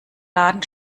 laden